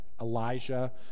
Elijah